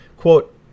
quote